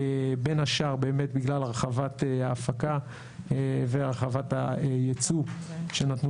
בין השאר באמת בגלל הרחבת ההפקה והרחבת הייצוא שנתנו